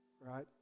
right